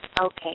Okay